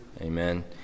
Amen